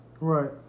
Right